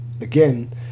again